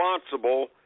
responsible